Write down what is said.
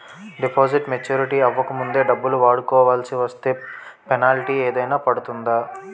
Deposit maturity అవ్వక ముందే డబ్బులు వాడుకొవాల్సి వస్తే పెనాల్టీ ఏదైనా పడుతుందా?